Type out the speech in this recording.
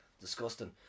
Disgusting